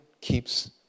keeps